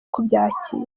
kubyakira